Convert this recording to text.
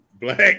black